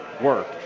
work